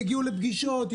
יגיעו לפגישות,